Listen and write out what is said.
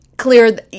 clear